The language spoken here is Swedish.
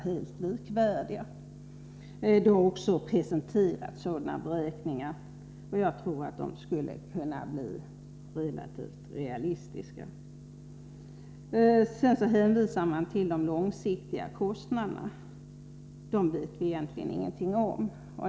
Sådana beräkningar har också presenterats, och jag tror att de skulle kunna bli relativt realistiska. Sedan hänvisar man till de långsiktiga kostnaderna. Dem vet vi egentligen ingenting om.